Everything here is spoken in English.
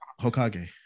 Hokage